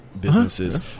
businesses